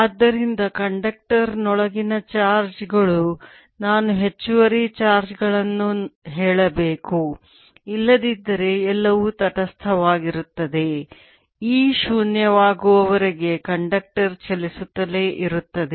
ಆದ್ದರಿಂದ ಕಂಡಕ್ಟರ್ ನೊಳಗಿನ ಚಾರ್ಜ್ ಗಳು ನಾನು ಹೆಚ್ಚುವರಿ ಚಾರ್ಜ್ ಗಳನ್ನು ಹೇಳಬೇಕು ಇಲ್ಲದಿದ್ದರೆ ಎಲ್ಲವೂ ತಟಸ್ಥವಾಗಿರುತ್ತದೆ E ಶೂನ್ಯವಾಗುವವರೆಗೆ ಕಂಡಕ್ಟರ್ ಚಲಿಸುತ್ತಲೇ ಇರುತ್ತದೆ